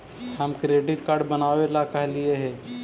हम credit card बनावे ला कहलिऐ हे?